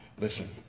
Listen